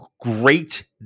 great